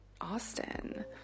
Austin